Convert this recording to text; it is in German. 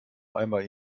einmal